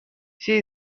she